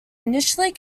initially